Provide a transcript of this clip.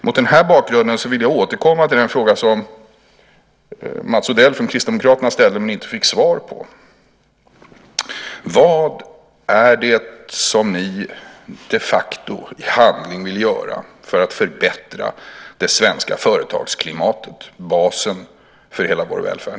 Mot den här bakgrunden vill jag återkomma till den fråga som Mats Odell från Kristdemokraterna ställde men inte fick svar på. Vad är det som ni de facto i handling vill göra för att förbättra det svenska företagsklimatet, basen för hela vår välfärd?